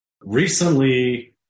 Recently